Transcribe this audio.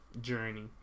journey